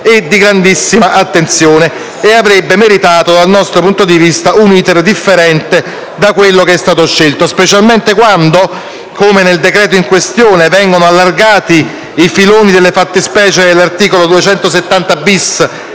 e di grandissima attenzione ed avrebbe meritato, dal nostro punto di vista, un *iter* differente rispetto a quello che è stato scelto, specialmente quando nel decreto in questione vengono allargati i filoni delle fattispecie di cui all'articolo 270-*bis*